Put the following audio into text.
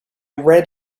read